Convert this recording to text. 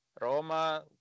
Roma